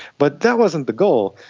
but that wasn't the goal.